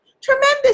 Tremendous